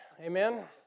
Amen